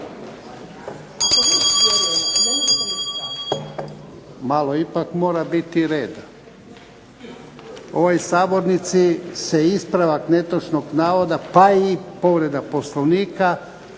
malo ipak mora biti reda, u ovoj sabornici se ispravak netočnog navoda pa i povreda Poslovnika